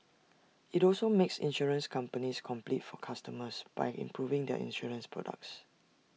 IT also makes insurance companies compete for customers by improving their insurance products